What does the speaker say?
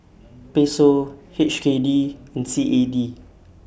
Peso H K D and C A D